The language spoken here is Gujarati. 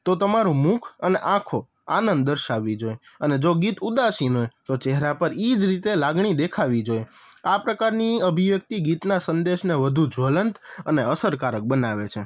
તો તમારું મુખ અને આંખો આનદ દર્શાવી જોઈએ અને જો ગીત ઉદાસીનું હોય તો ચહેરા પર એ જ રીતે લાગણી દેખાવી જોઈએ આ પ્રકારની અભિવ્યક્તિ ગીતના સંદેશને વધુ જ્વલંત અને અસરકારક બનાવે છે